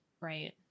right